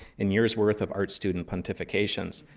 and years worth of art student pontifications.